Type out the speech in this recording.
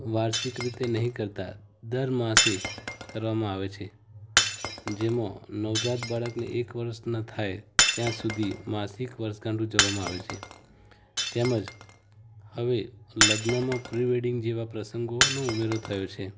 વાર્ષિક રીતે નહીં કરતા દર માસે કરવામાં આવે છે જેમાં નવજાત બાળકને એક વર્ષનાં થાય ત્યાં સુધી માસિક વર્ષગાંઠ ઉજવવામાં આવે છે તેમ જ હવે લગ્નમાં પ્રિવેડિંગ જેવા પ્રસંગોનો ઉમેરો થયો છે